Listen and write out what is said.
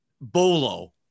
Bolo